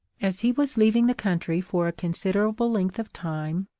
as he was leaving the country for a considerable length of time,